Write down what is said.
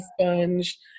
sponge